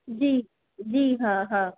जी जी हा हा